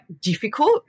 difficult